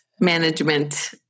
management